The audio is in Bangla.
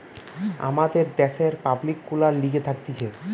আমাদের দ্যাশের পাবলিক গুলার লিগে থাকতিছে